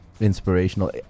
inspirational